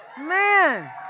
Man